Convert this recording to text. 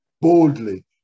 boldly